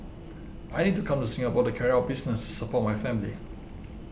I need to come to Singapore to carry out business to support my family